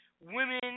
women